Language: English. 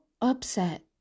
upset